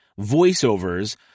voiceovers